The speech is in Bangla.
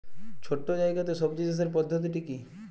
ছোট্ট জায়গাতে সবজি চাষের পদ্ধতিটি কী?